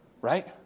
Right